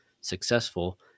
successful